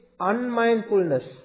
unmindfulness